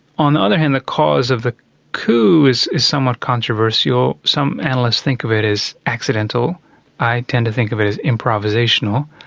on the other hand, the cause of the coup is is somewhat controversial. some analysts think of it as accidental i tend to think of it as improvisational.